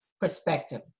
perspective